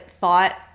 thought